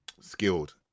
skilled